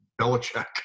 Belichick